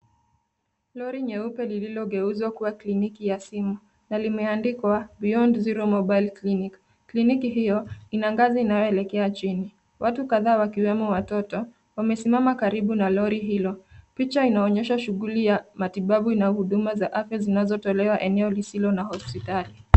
Lori nyeupe lililogeuzwa kuwa kliniki ya simu na limeandikwa Beyond Zero Mobile Clinic . Kliniki hiyo ina ngazi inayoelekea chini. Watu kadhaa wakiwemo watoto wamesimama karibu na lori hilo. Picha inaonyesha shughuli ya matibabu na huduma za afya zinazotolewa eneo lisilo na hospitali.